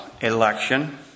election